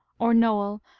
or noel,